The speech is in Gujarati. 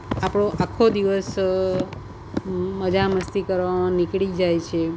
આપણો આખો દિવસ મજા મસ્તી કરવામાં નીકળી જાય છે